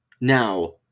Now